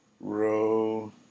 row